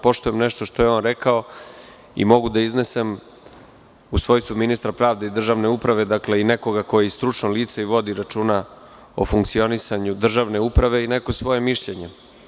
Poštujem nešto što je on rekao i mogu da iznesem u svojstvu ministra pravde i državne uprave i nekoga ko je i stručno lice i vodi računa o funkcionisanju državne uprave i neko svoje mišljenje.